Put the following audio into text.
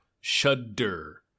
Shudder